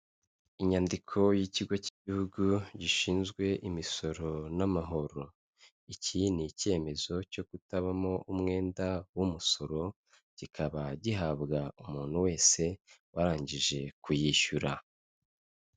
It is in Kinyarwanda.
Inyandiko y'ikigo cy'igihugu gishinzwe imisoro n'amahoro, iki ni icyemezo cyo kutabamo umwenda w'umusoro, kikaba gihabwa umuntu wese warangije kuyishyura.